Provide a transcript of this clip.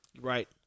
right